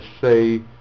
say